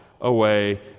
away